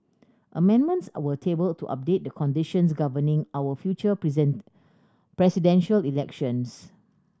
amendments were tabled to update the conditions governing our future presidential elections